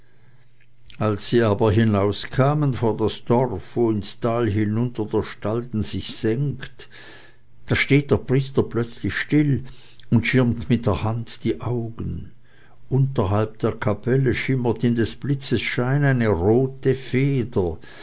als sie aber hinauskamen vor das dorf wo ins tal hinunter der stalden sich senkt da steht der priester plötzlich still und schirmt mit der hand die augen unterhalb der kapelle schimmert in des blitzes schein eine rote feder